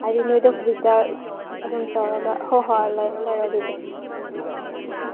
ꯍꯥꯏꯗꯤ ꯅꯣꯏꯗ ꯍꯧꯖꯤꯛꯇ ꯑꯗꯨꯝ ꯇꯧꯔꯒ ꯍꯣꯏ ꯍꯣꯏ ꯂꯩꯔꯣ ꯂꯩꯔꯣ ꯑꯗꯨꯗꯤ